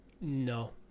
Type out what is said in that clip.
No